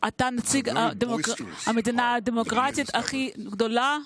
אתה נציג המדינה הדמוקרטית הכי גדולה.